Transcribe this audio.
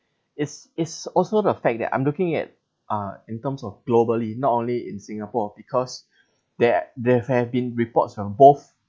it's it's also the fact that I'm looking at uh in terms of globally not only in singapore because there there have been reports from both